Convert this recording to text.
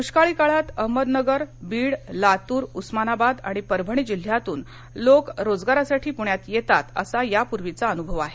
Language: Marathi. दुष्काळी काळात अहमदनगर बीड लातूर उस्मानाबाद आणि परभणी जिल्ह्यातून लोक रोजगारासाठी पृण्यात येतात असा यापूर्वीचा अनुभव आहे